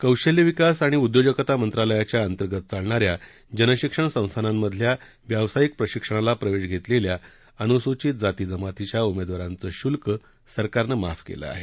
कौशल्य विकास आणि उद्योजगता मंत्रालयाच्या अंतर्गत चालणा या जन शिक्षण संस्थानांमधल्या व्यावसायिक प्रशिक्षणाला प्रवेश घेतलेल्या अनुसूचित जाती जमातीच्या उमेदवारांचा शुल्क सरकारनं माफ केलं आहे